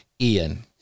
Ian